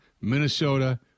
Minnesota